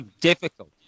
difficult